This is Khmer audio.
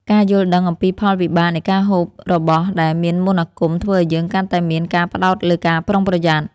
ការយល់ដឹងអំពីផលវិបាកនៃការហូបរបស់ដែលមានមន្តអាគមធ្វើឱ្យយើងកាន់តែមានការផ្ដោតលើការប្រុងប្រយ័ត្ន។